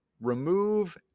Remove